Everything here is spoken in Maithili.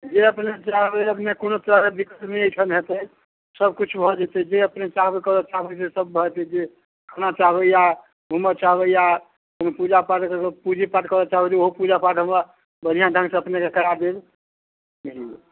जे अपने चाहबै अपने कोनो तरहक दिक्कत नहि अइठन हेतै सबकिछु भऽ जेतै जे अपने चाहबै करऽ चाहबै से सब भऽ जेतै जे अपने चाहबै या घूमऽ चाहबै या ओइमे पूजा पाठ करैके पूजे पाठ करऽ चाहबै तऽ ओहो पूजा पाठ हमरा बढ़िआँ ढङ्गसँ अपनेके करा देब